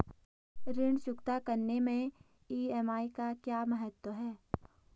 ऋण चुकता करने मैं ई.एम.आई का क्या महत्व है?